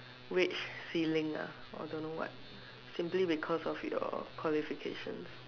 wage ceiling ah or don't know what simply because of your qualifications